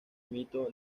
mito